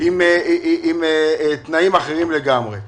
עם תנאים אחרים לגמרי.